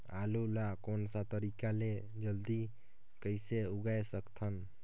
आलू ला कोन सा तरीका ले जल्दी कइसे उगाय सकथन?